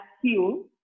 fuel